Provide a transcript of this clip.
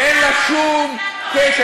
ואין לה שום קשר,